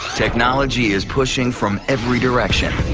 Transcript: technology is pushing from every direction,